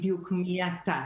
בדיוק מי אתה.